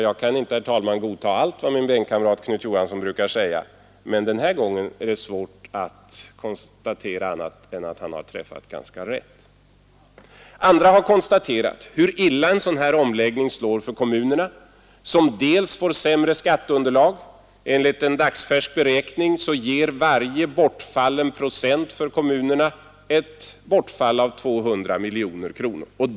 Jag kan inte, herr talman, godta allt vad min bänkkamrat Knut Johansson säger, men den här gången är det svårt att konstatera annat än att han har träff Andra har konstaterat hur illa en sådan här omläggning slår för kommunerna, som bl.a. får sämre skatteunderlag. Enligt en dagsfärsk at ganska rätt. beräkning ger varje bortfallen procent för kommunerna ett bortfall av 200 miljoner kronor.